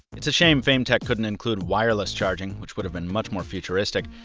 it's a shame fametek couldn't include wireless charging, which would've been much more futuristic.